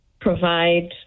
provide